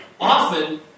Often